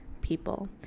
people